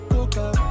coca